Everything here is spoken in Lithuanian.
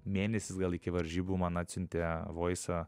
mėnesis gal iki varžybų man atsiuntė voisą